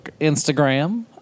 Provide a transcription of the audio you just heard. Instagram